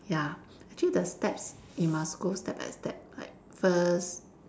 ya actually the steps you must go step by step like first